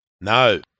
No